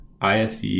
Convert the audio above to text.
IFE